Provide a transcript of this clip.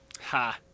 Ha